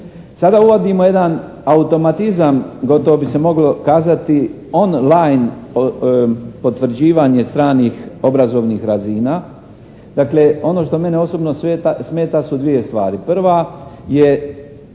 Sada uvodimo jedan automatizam gotovo bi se moglo kazati on line potvrđivanje stranih obrazovnih razina. Dakle, ono što mene osobno smeta su dvije stvari. Prva je